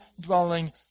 dwelling